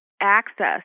Access